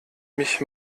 mich